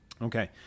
Okay